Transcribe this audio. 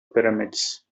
pyramids